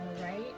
right